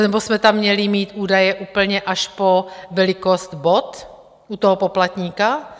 Nebo jsme tam měli mít údaje úplně až po velikost bot u toho poplatníka?